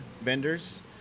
vendors